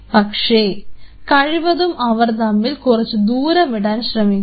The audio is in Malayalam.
പക്ഷെ കഴിവതും അവർ തമ്മിൽ കുറച്ചുദൂരം ഇടാൻ ശ്രമിക്കുക